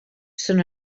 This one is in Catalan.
són